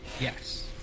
Yes